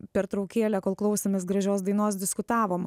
pertraukėlę kol klausėmės gražios dainos diskutavom